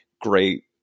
great